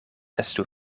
estu